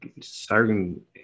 certain